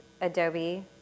Adobe